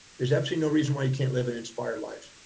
there's absolutely no reason why you can't live an inspired life.